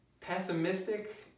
pessimistic